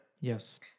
yes